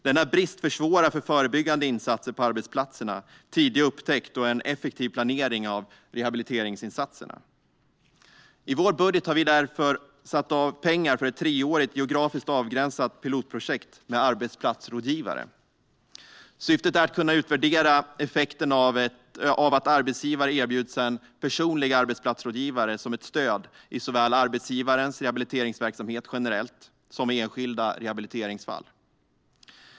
Denna brist försvårar för förebyggande insatser på arbetsplatserna, tidig upptäckt och en effektiv planering av rehabiliteringsinsatserna. I vår budget har vi därför avsatt pengar för ett treårigt geografiskt avgränsat pilotprojekt med arbetsplatsrådgivare. Syftet är att kunna utvärdera effekten av att arbetsgivare erbjuds en personlig arbetsplatsrådgivare som ett stöd i såväl arbetsgivarens rehabiliteringsverksamhet generellt som i enskilda rehabiliteringsfall.